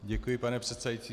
Děkuji, pane předsedající.